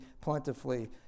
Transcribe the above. plentifully